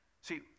See